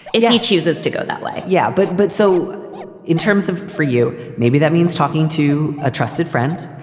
if he chooses to go that way yeah. but but so in terms of for you, maybe that means talking to a trusted friend.